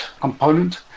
component